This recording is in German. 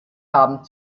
haben